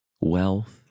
wealth